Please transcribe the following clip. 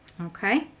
Okay